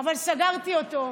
אבל סגרתי אותו.